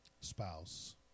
spouse